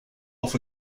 off